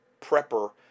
prepper